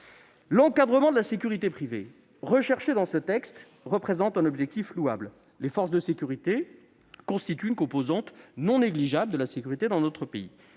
L'encadrement de la sécurité privée, recherché au travers de ce texte, représente un objectif louable. Les forces de sécurité privée constituent une composante non négligeable de la sécurité dans notre pays.